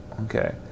Okay